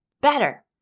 better